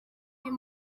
uyu